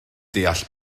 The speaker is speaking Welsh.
deall